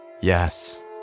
yes